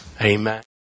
amen